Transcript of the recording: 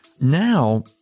Now